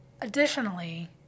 Additionally